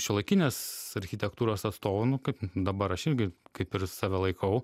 šiuolaikinės architektūros atstovu nu kaip dabar aš irgi kaip ir save laikau